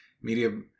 media